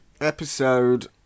Episode